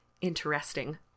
interesting